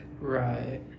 Right